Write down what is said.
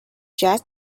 jazz